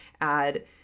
add